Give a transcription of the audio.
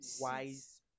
wise